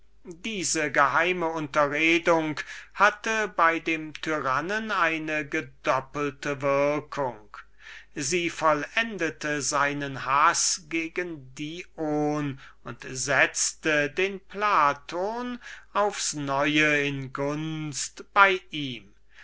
diese geheime konferenz hatte bei dem tyrannen eine gedoppelte würkung sie vollendete seinen haß gegen dion und setzte den platon aufs neue in gunst bei ihm